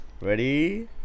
Ready